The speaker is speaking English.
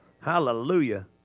Hallelujah